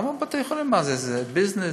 למה בתי חולים, מה, זה ביזנס?